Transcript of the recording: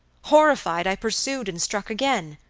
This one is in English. horrified, i pursued, and struck again.